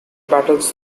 battles